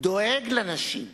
דואג לנשים,